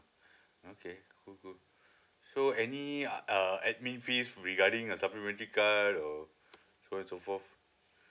okay good good so any uh uh admin fees regarding a supplementary card or so on and so forth